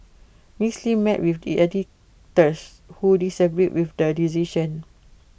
miss Lim met with the editors who disagreed with the decision